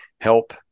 help